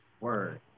Word